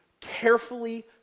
carefully